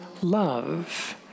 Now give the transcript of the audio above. love